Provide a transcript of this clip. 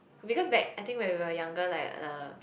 because like I think when we are younger like a